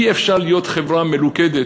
אי-אפשר להיות חברה מלוכדת,